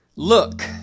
Look